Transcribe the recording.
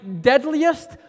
deadliest